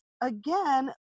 again